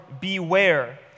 beware